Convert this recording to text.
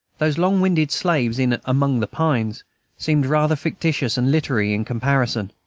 those long-winded slaves in among the pines seemed rather fictitious and literary in comparison.